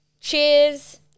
Cheers